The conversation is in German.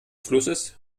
flusses